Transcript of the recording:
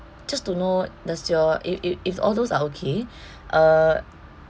just to know does your if if if all those are okay uh